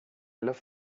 love